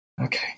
Okay